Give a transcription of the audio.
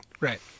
Right